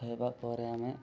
ହେବା ପରେ ଆମେ